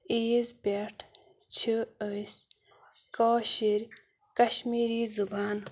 عیٖز پٮ۪ٹھ چھِ أسۍ کٲشِر کشمیٖری زُبان